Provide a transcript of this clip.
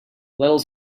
little